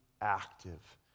active